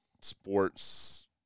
sports